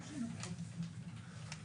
ברור שהינו פחות מפונקים.